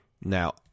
Now